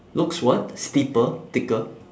looks what steeper thicker